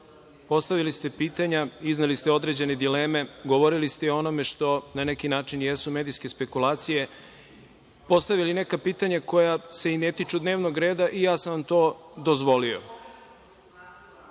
Postavili ste pitanja, izneli ste određene dileme, govorili ste i o onome što na neki način jesu medijske spekulacije, postavili neka pitanja koja se i ne tiču dnevnog reda i ja sam vam to dozvolio.